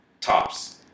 tops